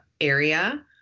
area